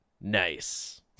nice